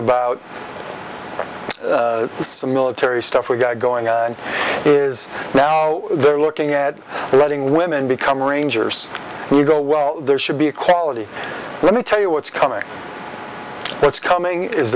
about the military stuff we got going on is now they're looking at letting women become rangers who go well there should be equality let me tell you what's coming what's coming is